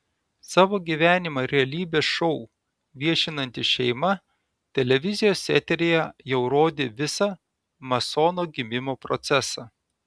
savo gyvenimą realybės šou viešinanti šeima televizijos eteryje jau rodė visą masono gimimo procesą